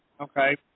Okay